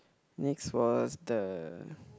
next was the